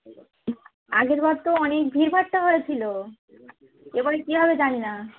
আগেরবার তো অনেক ভিড়ভাট্টা হয়েছিলো এবার কী হবে জানি না